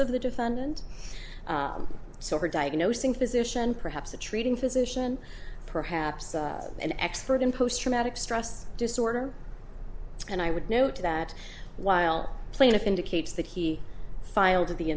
of the defendant so her diagnosing physician perhaps a treating physician perhaps an expert in post traumatic stress disorder and i would note that while plaintiff indicates that he filed t